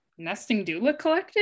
nestingdoulacollective